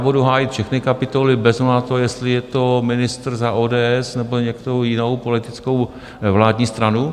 Budu hájit všechny kapitoly bez ohledu na to, jestli je to ministr za ODS, nebo nějakou jinou politickou vládní stranu.